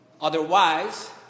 Otherwise